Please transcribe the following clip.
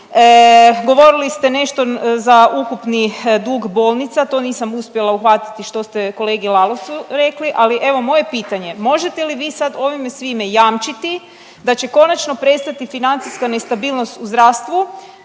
govorili ste nešto za ukupni dug bolnica. To nisam uspjela uhvatiti što ste kolegi Lalovcu rekli, ali evo moje pitanje. Možete li vi sad ovime svime jamčiti da će konačno prestati financijska nestabilnost u zdravstvu,